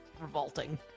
Revolting